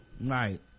Right